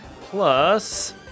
plus